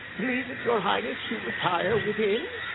please it your highness to retire within?